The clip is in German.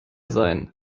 sein